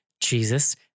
Jesus